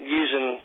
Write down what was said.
using